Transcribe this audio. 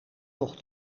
nog